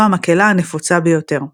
זו המקהלה הנפוצה ביותר.